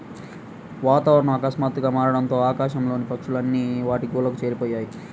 వాతావరణం ఆకస్మాతుగ్గా మారడంతో ఆకాశం లోని పక్షులు అన్ని వాటి గూళ్లకు చేరిపొయ్యాయి